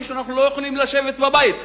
שבגללו אנחנו לא יכולים לשבת בבית.